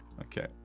Okay